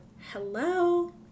hello